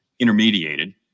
intermediated